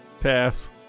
Pass